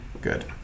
good